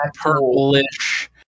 purplish